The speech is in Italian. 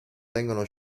vengono